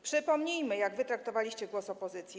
Przypomnijmy, jak wy traktowaliście głos opozycji.